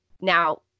Now